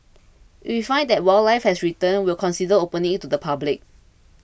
if we find that wildlife has returned we will consider opening it to the public